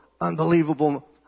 unbelievable